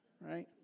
right